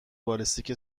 بالستیک